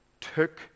took